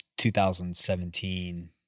2017